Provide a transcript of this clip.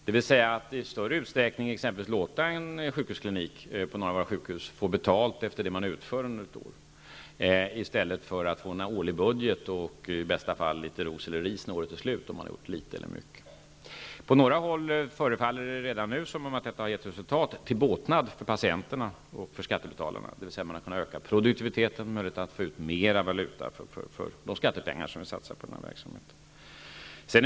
Det innebär exempelvis att sjukhuskliniker på några sjukhus i större utsträckning får betalt efter vad de utför under ett år, i stället för att få en årlig budget och ros eller ris när året är slut om de har gjort mycket eller litet. På några håll förefaller detta redan nu ha gett resultat, till båtnad för patienterna och för skattebetalarna. Man har alltså kunnat öka produktiviteten, med möjlighet att få mera valuta för de skattepengar som satsas på den verksamheten.